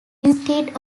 instead